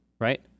Right